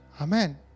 Amen